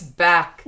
back